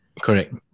Correct